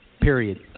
period